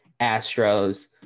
Astros